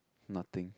nothing